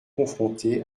confrontées